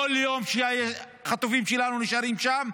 כל יום שהחטופים שלנו נשארים שם,